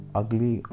ugly